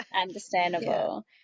understandable